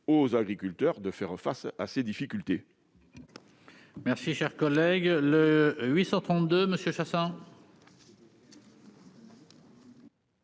aux agriculteurs de faire face à ces difficultés.